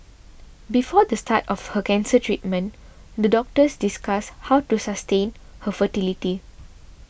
before the start of her cancer treatment the doctors discussed how to sustain her fertility